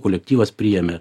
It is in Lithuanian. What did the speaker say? kolektyvas priėmė